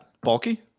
Bulky